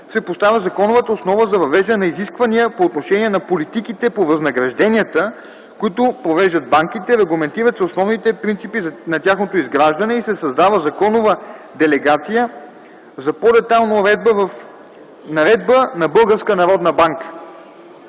се поставя законовата основа за въвеждане на изисквания по отношение на политиките по възнагражденията, които провеждат банките, регламентират се основните принципи на тяхното изграждане и се създава законова делегация за по-детайлна уредба в